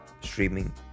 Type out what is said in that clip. streaming